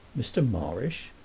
mr. morrish?